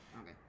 Okay